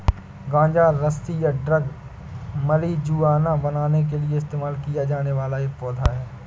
गांजा रस्सी या ड्रग मारिजुआना बनाने के लिए इस्तेमाल किया जाने वाला पौधा है